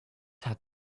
had